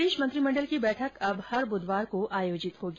प्रदेश मंत्रीमंडल की बैठक अब हर बुधवार को आयोजित होगी